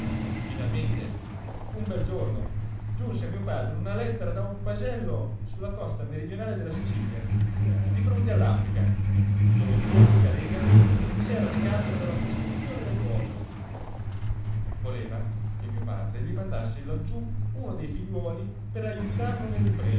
finalmente un bel giorno giunse a mio padre una lettera da un paesello su la costa meridionale della sicilia di fronte all'africa dove poldo carega s'era recato per la costruzione del porto voleva che mio padre gli mandasse laggiù uno dei figliuoli per ajutarlo nell'impresa